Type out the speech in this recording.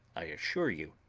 i assure you,